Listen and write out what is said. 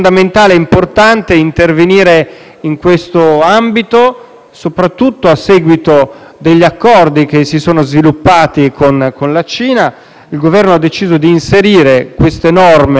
in questo ambito. Soprattutto a seguito degli accordi che si sono sviluppati con la Cina, il Governo ha deciso di inserire queste norme accanto a quelle